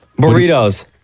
Burritos